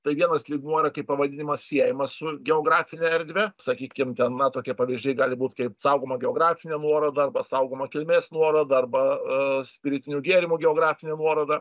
tai vienas lygmuo yra kaip pavadinimas siejamas su geografine erdve sakykim ten na tokie pavyzdžiai gali būt kaip saugoma geografinė nuoroda arba saugoma kilmės nuoroda arba a spiritinių gėrimų geografinė nuoroda